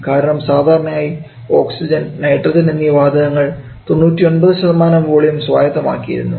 കാരണം സാധാരണയായി oxygen nitrogen എന്നീ വാതകങ്ങൾ 99 വോളിയം സ്വായത്തമാക്കിയിരുന്നു